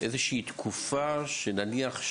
אני אציג את החלוקה לפי קבוצות של חמש שנים בכל פעם: